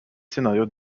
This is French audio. scénarios